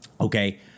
Okay